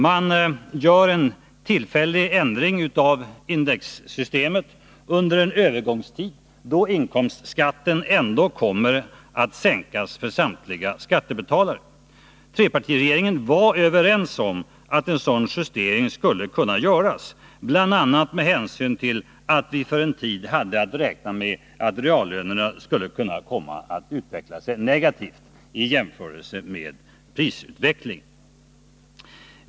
Man gör en tillfällig ändring av indexsystemet under en övergångstid, då inkomstskatten ändå kommer att sänkas för samtliga skattebetalare. Trepartiregeringen var överens om att en sådan justering skulle kunna göras, bl.a. med hänsyn till att vi för en tid hade att räkna med att reallönerna skulle kunna komma att utveckla sig negativt i jämförelse med prisutvecklingen.